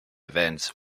events